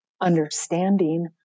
understanding